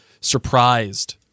surprised